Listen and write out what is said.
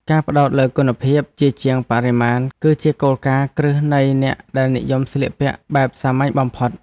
ការផ្តោតលើគុណភាពជាជាងបរិមាណ គឺជាគោលការណ៍គ្រឹះនៃអ្នកដែលនិយមការស្លៀកពាក់បែបសាមញ្ញបំផុត។